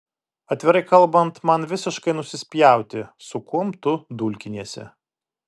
atvirai kalbant man visiškai nusispjauti su kuom tu dulkiniesi